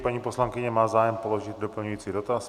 Paní poslankyně má zájem položit doplňující dotaz.